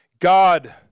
god